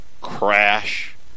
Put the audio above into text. crash